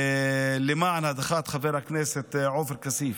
למען הדחת חבר הכנסת עופר כסיף.